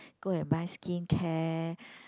go and buy skincare